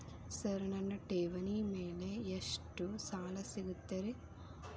Sir ನನ್ನ ಠೇವಣಿ ಮೇಲೆ ಎಷ್ಟು ಸಾಲ ಸಿಗುತ್ತೆ ರೇ?